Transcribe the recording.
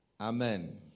Amen